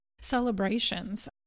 celebrations